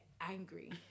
angry